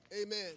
Amen